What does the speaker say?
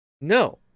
No